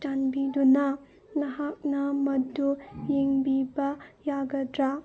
ꯆꯥꯟꯕꯤꯗꯨꯅ ꯅꯍꯥꯛꯅ ꯃꯗꯨ ꯌꯦꯡꯕꯤꯕ ꯌꯥꯒꯗ꯭ꯔꯥ